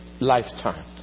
lifetime